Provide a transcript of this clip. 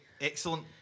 Excellent